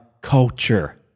culture